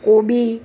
કોબી